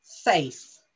faith